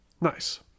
nice